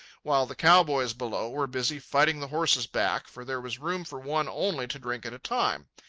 while the cow-boys below were busy fighting the horses back, for there was room for one only to drink at a time.